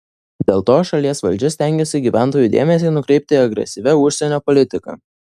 dėl to šalies valdžia stengiasi gyventojų dėmesį nukreipti agresyvia užsienio politika